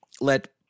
let